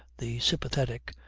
the sympathetic,